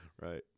Right